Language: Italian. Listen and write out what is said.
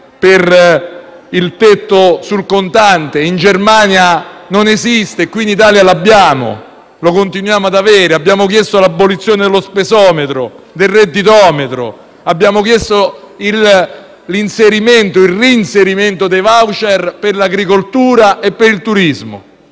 del tetto del contante, che in Germania non esiste e in Italia continuiamo ad avere; abbiamo chiesto l'abolizione dello spesometro e del redditometro; abbiamo chiesto il reinserimento dei *voucher* per l'agricoltura e per il turismo;